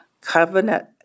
covenant